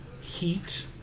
Heat